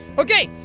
ok,